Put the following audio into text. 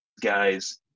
guys